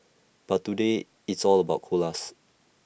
but today it's all about koalas